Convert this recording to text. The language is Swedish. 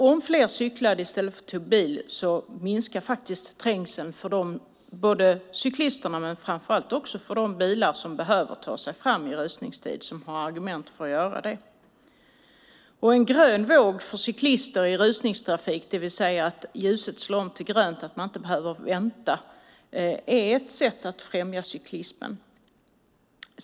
Om fler cyklar i stället för att åka bil minskar faktiskt trängseln både för cyklisterna och för de bilar som har argument för att ta sig fram i rusningstid. En grön våg för cyklister i rusningstrafik, det vill säga att ljuset slår om till grönt så att man inte behöver vänta, är ett sätt att främja cykling.